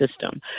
system